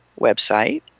website